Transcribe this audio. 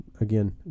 Again